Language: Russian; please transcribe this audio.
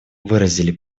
выразили